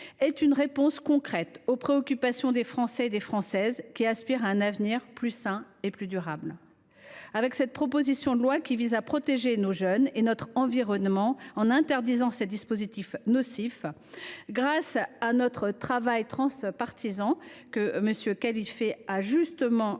une réponse concrète aux préoccupations des Français et des Françaises qui aspirent à un avenir plus sain et durable. Avec cette proposition de loi qui vise à protéger nos jeunes et notre environnement en interdisant ces dispositifs nocifs, grâce au travail transpartisan que M. Khalifé a justement souligné,